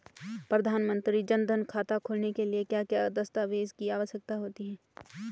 प्रधानमंत्री जन धन खाता खोलने के लिए क्या क्या दस्तावेज़ की आवश्यकता होती है?